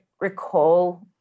recall